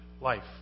life